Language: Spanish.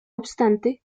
obstante